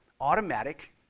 automatic